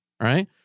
right